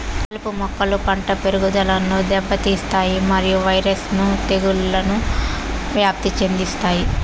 కలుపు మొక్కలు పంట పెరుగుదలను దెబ్బతీస్తాయి మరియు వైరస్ ను తెగుళ్లను వ్యాప్తి చెందిస్తాయి